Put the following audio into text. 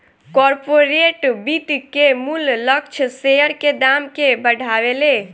corporate वित्त के मूल्य लक्ष्य शेयर के दाम के बढ़ावेले